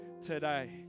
today